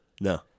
No